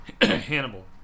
Hannibal